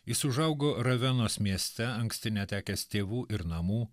jis užaugo ravenos mieste anksti netekęs tėvų ir namų